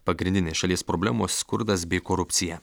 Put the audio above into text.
pagrindinės šalies problemos skurdas bei korupcija